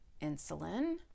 insulin